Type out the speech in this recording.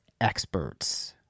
experts